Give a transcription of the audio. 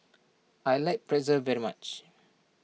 I like Pretzel very much